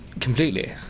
completely